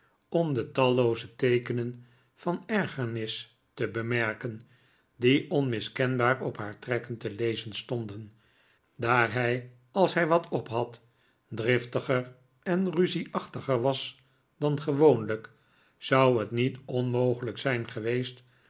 om de tallooze teekenen van ergernis te bemerken die onmiskenbaar op haar trekken te lezen stonden daar hij als hij wat op had driftiger en ruzieachtiger was dan gewoonlijk zou het niet onmogelijk zijn geweest